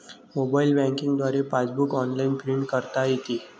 mobile banking द्वारे passbook online print करता येते